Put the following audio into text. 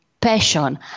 passion